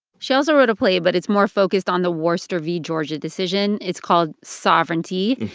she also wrote a play, but it's more focused on the worcester v. georgia decision. it's called sovereignty.